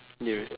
yes